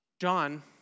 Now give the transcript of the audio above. John